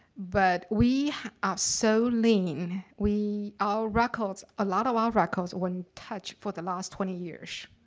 but we are so lean, we, our records, a lot of our records weren't touched for the last twenty years,